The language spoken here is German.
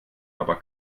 aber